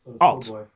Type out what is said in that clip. Alt